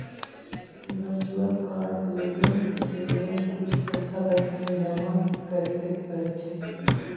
virtual card लेबेय के लेल कुछ पइसा बैंक में जमा करेके परै छै